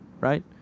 right